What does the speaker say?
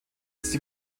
sie